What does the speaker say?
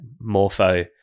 Morpho